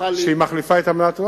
שמחליפה את אמנת ורשה,